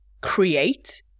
create